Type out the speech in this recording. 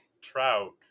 Trout